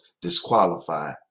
disqualify